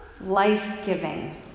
life-giving